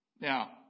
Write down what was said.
Now